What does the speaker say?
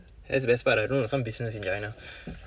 that's the best part I don't know some business in China